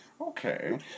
Okay